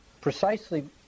precisely